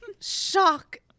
Shock